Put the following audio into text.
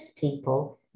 people